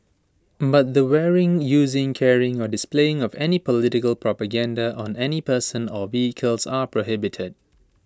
but the wearing using carrying or displaying of any political propaganda on any person or vehicles are prohibited